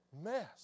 mess